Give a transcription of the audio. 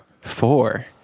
four